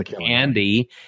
Andy